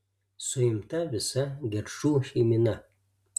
suimta visa gerčų šeimyna